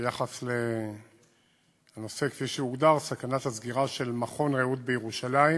ביחס לנושא כפי שהוגדר: סכנת הסגירה של מעון "רעות" בירושלים,